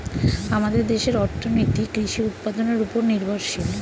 আমাদের দেশের অর্থনীতি কৃষি উৎপাদনের উপর নির্ভরশীল